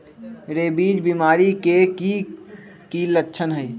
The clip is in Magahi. रेबीज बीमारी के कि कि लच्छन हई